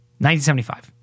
1975